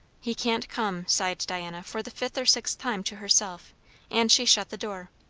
he can't come, sighed diana for the fifth or sixth time to herself and she shut the door.